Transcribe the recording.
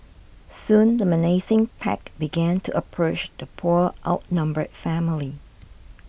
soon the menacing pack began to approach the poor outnumbered family